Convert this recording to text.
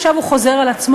עכשיו הוא חוזר על כך,